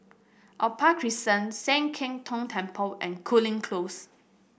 Opal Crescent Sian Keng Tong Temple and Cooling Close